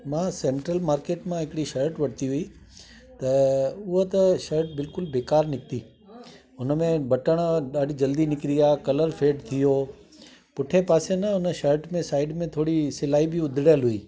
मां central market मां हिकड़ी शट वठती हुई त उहा त शट बिल्कुलु बेकार निकती हुनमें बटण ॾाढी जल्दी निकरी विया कलर फेड थियो पुठे पासे न उन शट में थोरी सिलाई बि उधड़ियल हुई